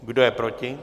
Kdo je proti?